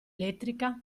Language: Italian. elettrica